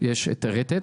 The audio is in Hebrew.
יש את הרטט